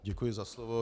Děkuji za slovo.